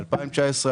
ב-2019,